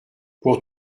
pour